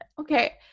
okay